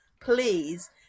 Please